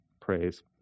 praise